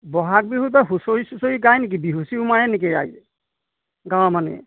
বহাগ বিহুত বাৰু হুঁচৰি চুচৰি গায় নেকি বিহু চিহু মাৰে নেকি ৰাইজে গাঁৱৰ মানুহে